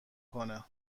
کنه